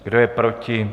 Kdo je proti?